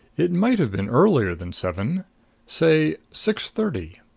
it might have been earlier than seven say six-thirty.